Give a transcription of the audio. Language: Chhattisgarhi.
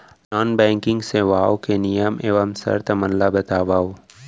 नॉन बैंकिंग सेवाओं के नियम एवं शर्त मन ला बतावव